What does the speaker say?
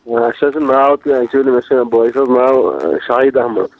اسہِ حظ چھُ ناو کٲنٛسی نہٕ اَسہِ بٲے سُنٛد ناو چھُ شاھِد احمَد